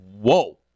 whoa